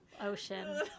ocean